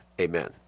Amen